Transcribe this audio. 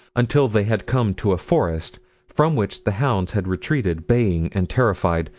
until they had come to a forest from which the hounds had retreated, baying and terrified,